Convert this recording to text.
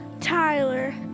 Tyler